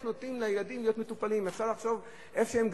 איך נותנים לילדים להיות מטופלים?